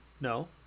no